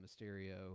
Mysterio